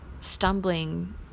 stumbling